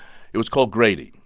it was called grady.